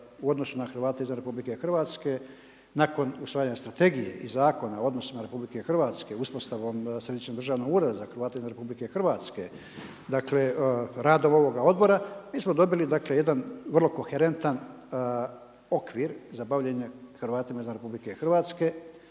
u odnosu na Hrvate izvan Republike Hrvatske nakon usvajanja Strategije i Zakona o odnosima Republike Hrvatske uspostavom Središnjeg državnog ureda za Hrvate izvan Republike Hrvatske dakle, radom ovoga Odbora mi smo dobili jedan vrlo koherentan okvir za bavljenje Hrvatima izvan Republike Hrvatske.